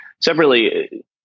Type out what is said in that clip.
Separately